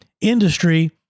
industry